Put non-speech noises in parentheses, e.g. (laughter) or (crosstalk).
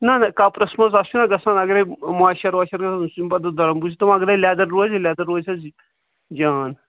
نہَ نہَ کَپرَس منٛز اَتھ چھُنا گژھان اگرے مایِسچر وایِسچر گژھان سُہ چھُنہٕ پَتہٕ (unintelligible) بہٕ چھُس دپان اگرے لیٚدَر روزِ لیٚدَر روزِ اَسہِ جان